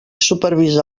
supervisa